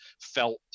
felt